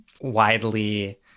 widely